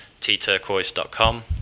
tturquoise.com